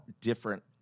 different